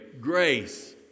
grace